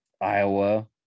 iowa